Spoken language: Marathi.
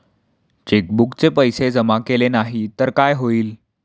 चेकबुकचे पैसे जमा केले नाही तर काय होईल?